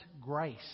grace